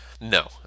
No